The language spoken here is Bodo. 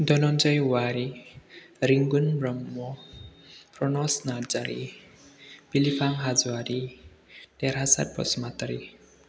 धनन्जय औवारि रिंगुन ब्रह्म प्रनस नार्जारि बिलिफां हाज'वारि देरहासात बसुमतारि